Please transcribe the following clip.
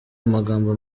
amagambo